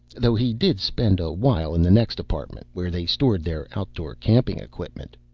though he did spend a while in the next apartment, where they stored their outdoor camping equipment.